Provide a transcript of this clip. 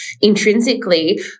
intrinsically